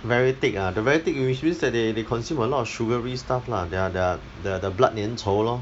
very thick ah the very thick which means that they they consume a lot of sugary stuff lah their their the the blood 粘稠 lor